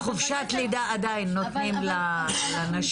--- חופשת לידה עדיין נותנים לנשים.